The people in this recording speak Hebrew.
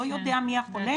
לא יודע מי החולה,